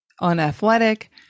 unathletic